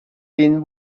been